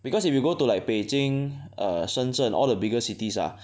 because if you go to like Beijing err Shenzhen all the bigger cities ah